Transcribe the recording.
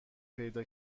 پیدا